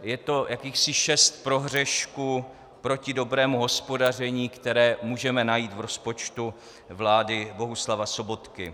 Je to jakýchsi šest prohřešků proti dobrému hospodaření, které můžeme najít v rozpočtu vlády Bohuslava Sobotky.